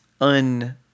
un-